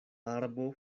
arbo